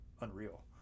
unreal